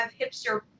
Hipster